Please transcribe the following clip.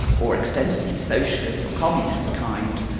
or extensively socialist or communist kind,